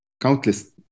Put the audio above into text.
countless